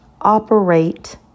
operate